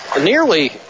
nearly